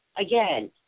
again